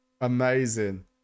Amazing